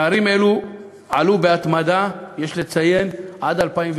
פערים אלו עלו בהתמדה, יש לציין, עד 2002,